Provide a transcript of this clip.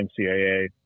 NCAA